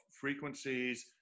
frequencies